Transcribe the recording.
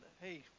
hey